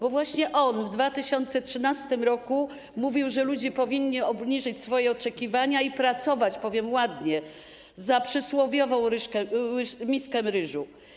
To właśnie on w 2013 r. mówił, że ludzie powinni obniżyć swoje oczekiwania i pracować, powiem ładnie, za przysłowiową miskę ryżu.